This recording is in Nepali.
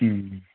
अँ